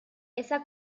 esa